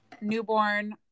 newborn